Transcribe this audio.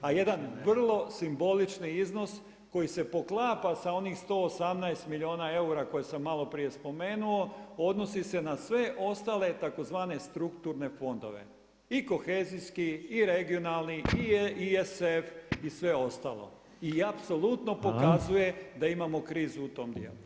A jedan vrlo simbolični iznos koji se poklapa sa onih 118 milijuna eura koje sam malo prije spomenuo, odnosi se na sve ostale tzv. strukturne fondove i kohezijski i regionalni i ESF i sve ostalo i apsolutno pokazuje da imamo krizu u tom dijelu.